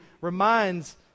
reminds